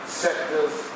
sectors